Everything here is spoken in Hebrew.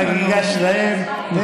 זאת החגיגה שלהן.